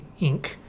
inc